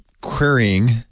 querying